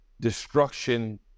destruction